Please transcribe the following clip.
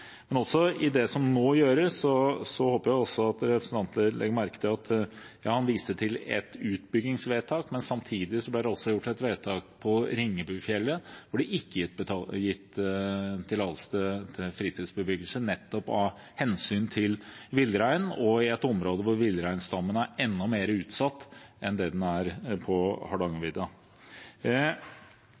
nå gjøres, håper jeg at representanten, som viste til et utbyggingsvedtak, også legger merke til at det samtidig ble gjort et vedtak angående Ringebufjellet, hvor det nettopp av hensyn til villreinen ikke er gitt tillatelse til fritidsbebyggelse, og i et område hvor villreinstammen er enda mer utsatt enn det den er på